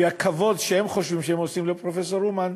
והכבוד שהם חושבים שהם עושים לפרופסור אומן,